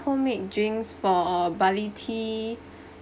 home-made drinks for barley tea